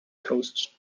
coast